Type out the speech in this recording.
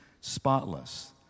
spotless